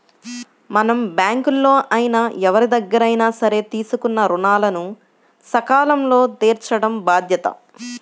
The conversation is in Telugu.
మనం బ్యేంకుల్లో అయినా ఎవరిదగ్గరైనా సరే తీసుకున్న రుణాలను సకాలంలో తీర్చటం బాధ్యత